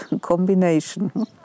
combination